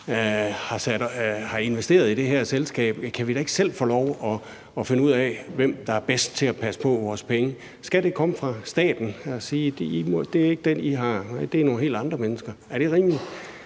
har investeret i det her selskab. Kan vi da ikke selv få lov at finde ud af, hvem der er bedst til at passe på vores penge? Skal staten kunne sige: Det skal ikke være dem, I har besluttet, det skal være nogle helt andre mennesker? Er det rimeligt?